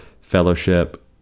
fellowship